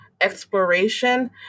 exploration